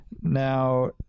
Now